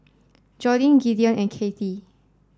Jordin Gideon and Cathy